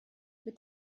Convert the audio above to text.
mit